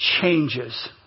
changes